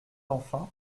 enfin